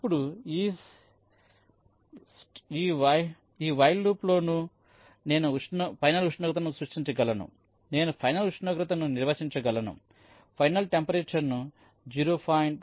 ఇప్పుడు ఈ వైల్ లూప్లో నేను ఫైనల్ ఉష్ణోగ్రతను సృష్టించగలను నేను ఫైనల్ ఉష్ణోగ్రతను నిర్వచించగలను ఫైనల్ టెంపరేచర్ను 0